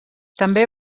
també